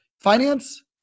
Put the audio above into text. Finance